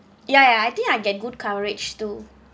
ya ya I think I get good coverage too